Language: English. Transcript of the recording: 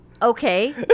Okay